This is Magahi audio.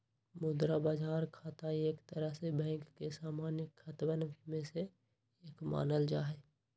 मुद्रा बाजार खाता एक तरह से बैंक के सामान्य खतवन में से एक मानल जाहई